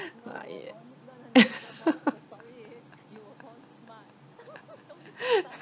ah ya